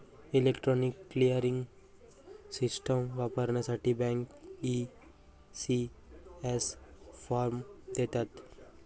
electronic clearing system वापरण्यासाठी bank, ECS form देतात